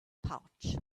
pouch